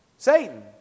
Satan